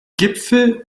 gipfel